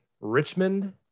Richmond